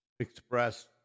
express